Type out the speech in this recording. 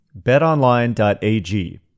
betonline.ag